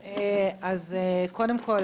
אז קודם כל,